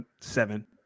seven